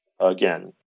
again